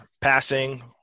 passing